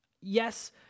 Yes